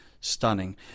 stunning